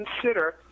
consider